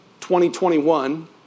2021